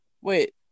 Wait